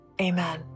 Amen